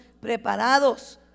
preparados